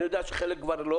אני יודע שחלקם כבר לא